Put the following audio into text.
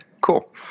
cool